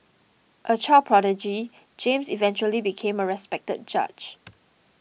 a child prodigy James eventually became a respected judge